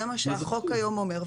זה מה שהחוק היום אומר,